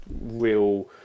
real